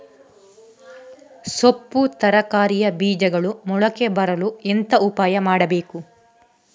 ಸೊಪ್ಪು ತರಕಾರಿಯ ಬೀಜಗಳು ಮೊಳಕೆ ಬರಲು ಎಂತ ಉಪಾಯ ಮಾಡಬೇಕು?